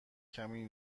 کمی